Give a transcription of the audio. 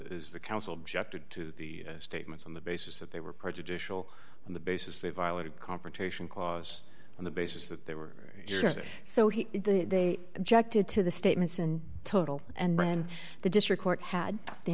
is the council objected to the statements on the basis that they were prejudicial on the basis they violated confrontation clause on the basis that they were so he they objected to the statements in total and the district court had the